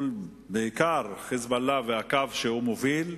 בעיקר "חיזבאללה" והקו שהוא מוביל,